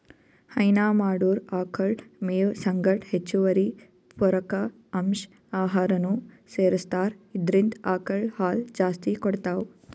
ಹೈನಾ ಮಾಡೊರ್ ಆಕಳ್ ಮೇವ್ ಸಂಗಟ್ ಹೆಚ್ಚುವರಿ ಪೂರಕ ಅಂಶ್ ಆಹಾರನೂ ಸೆರಸ್ತಾರ್ ಇದ್ರಿಂದ್ ಆಕಳ್ ಹಾಲ್ ಜಾಸ್ತಿ ಕೊಡ್ತಾವ್